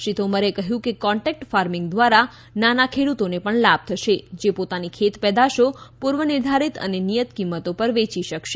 શ્રી તોમરે કહ્યું કે કોન્ટેક્ટ ફાર્મિંગ દ્વારા નાના ખેડ્રતોને પણ લાભ થશે જે પોતાની ખેત પેદાશો પૂર્વ નિર્ધારિત અને નિયત કિંમતો પર વેચી શકશે